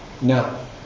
No